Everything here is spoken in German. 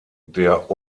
der